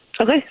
Okay